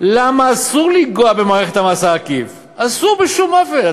למה אסור לנגוע במערכת המס העקיף, אסור בשום אופן.